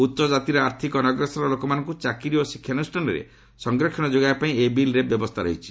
ଉଚ୍ଚଜାତିର ଆର୍ଥକ ଅନଗ୍ରସର ଲୋକମାନଙ୍କୁ ଚାକିରୀ ଓ ଶିକ୍ଷାନୁଷ୍ଠାନରେ ସଂରକ୍ଷଣ ଯୋଗାଇବା ପାଇଁ ଏହି ବିଲ୍ରେ ବ୍ୟବସ୍ଥା ରହିଛି